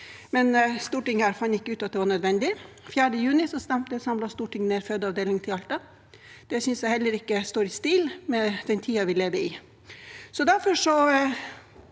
Stortinget fant ikke ut at det var nødvendig. Den 4. juni stemte et samlet storting ned fødeavdeling til Alta. Det synes jeg heller ikke står i stil med den tiden vi lever i.